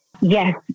Yes